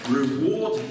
reward